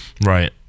Right